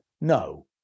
no